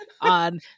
on